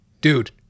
dude